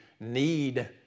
need